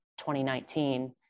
2019